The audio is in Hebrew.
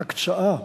ההקצאה,